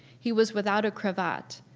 he was without a cravat,